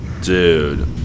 Dude